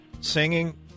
singing